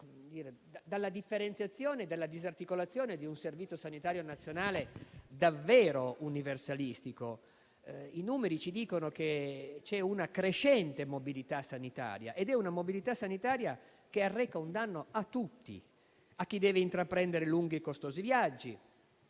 dalla differenziazione e disarticolazione di un servizio sanitario nazionale davvero universalistico. I numeri ci dicono che c'è una crescente mobilità sanitaria, che arreca un danno a tutti: ai cittadini che devono intraprendere lunghi e costosi viaggi